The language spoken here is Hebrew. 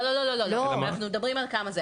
לא, אנחנו מדברים על כמה.